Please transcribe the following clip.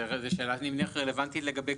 זו שאלה שאני מניח שהיא רלוונטית לגבי